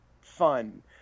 fun